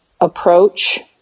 approach